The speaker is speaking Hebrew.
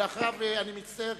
אני מצטער,